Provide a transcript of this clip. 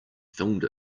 filmed